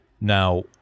Now